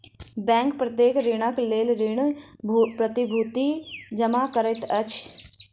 bank प्रत्येक ऋणक लेल ऋण प्रतिभूति जमा करैत अछि